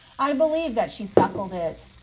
i be lieve that she suckled it.